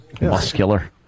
Muscular